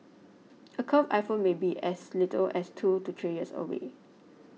a curved iPhone may be as little as two to three years away